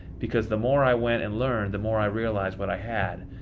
because the more i went and learned, the more i realized what i had.